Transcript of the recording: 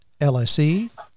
LSE